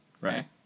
Right